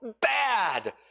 bad